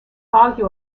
argue